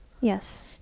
Yes